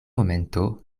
momento